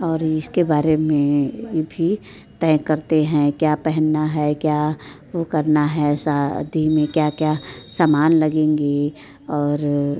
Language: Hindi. और इसके बारे में भी तय करते हैं क्या पहनना है क्या वो करना है शादी में क्या क्या समान लगेंगे और